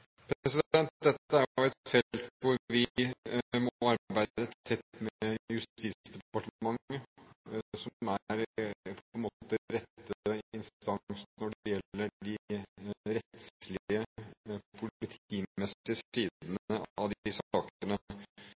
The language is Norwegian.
Dette er jo et felt hvor vi må arbeide tett med Justisdepartementet, som er rette instans når det gjelder de rettslige, politimessige sidene av de sakene. Så mitt generelle svar er at dette prioriterer vi fordi sakene